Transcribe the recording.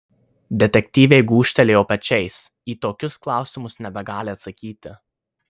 detektyvė gūžtelėjo pečiais į tokius klausimus nebegali atsakyti